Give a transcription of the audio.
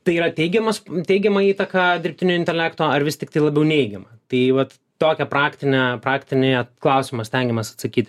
tai yra teigiamas teigiama įtaka dirbtinio intelekto ar vis tiktai labiau neigiama tai vat tokią praktinę praktinį klausimą stengiamasi atsakyt